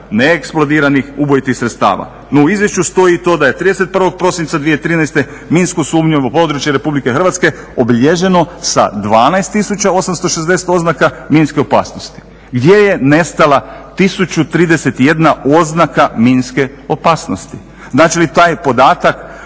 neeksplodiranih ubojitih sredstava. No, u izvješću stoji i to da je 31. prosinca 2013. minsko sumnjivo područje Republike Hrvatske obilježeno sa 12860 oznaka minske opasnosti. Gdje je nestala 1031 oznaka minske opasnosti? Znači li taj podatak